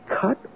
cut